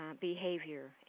behavior